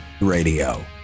radio